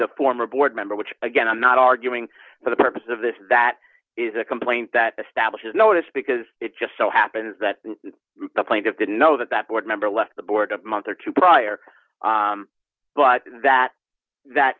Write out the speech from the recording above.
the former board member which again i'm not arguing for the purpose of this that is a complaint that establishes notice because it just so happens that the plaintiff didn't know that that board member left the board a month or two prior but that that